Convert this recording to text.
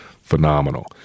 Phenomenal